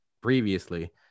previously